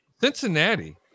Cincinnati